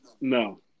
no